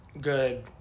good